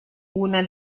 una